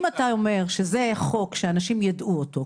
אם אתה אומר שזה יהיה חוק שאנשים יידעו אותו,